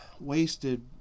Wasted